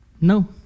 No